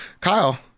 Kyle